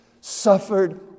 suffered